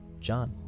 John